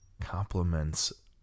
compliments